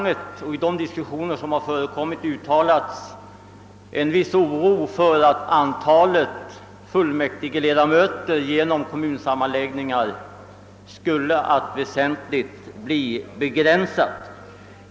I de diskussioner som förekommit har viss oro uttalats för att antalet fullmäktigeledamöter genom kommunsammanläggningarna skulle bli väsentligt begränsat.